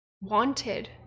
wanted